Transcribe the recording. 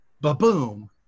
ba-boom